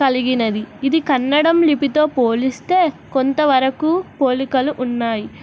కలిగినది ఇది కన్నడం లిపితో పోలిస్తే కొంతవరకు పోలికలు ఉన్నాయి